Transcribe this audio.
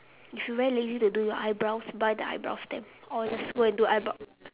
if you very lazy to do your eyebrows buy the eyebrow stamp or just go and do eyebrow